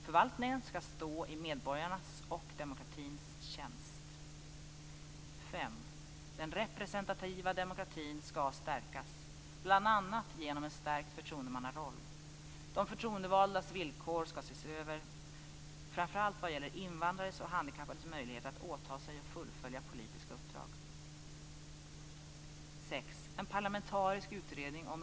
Förvaltningen skall stå i medborgarnas och demokratins tjänst. 5. Den representativa demokratin skall stärkas, bl.a. genom en stärkt förtroendemannaroll. De förtroendevaldas villkor skall ses över, framför allt vad gäller invandrares och handikappades möjligheter att åta sig och fullfölja politiska uppdrag.